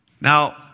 Now